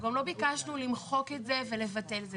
אנחנו גם לא ביקשנו למחוק את זה ולבטל את זה.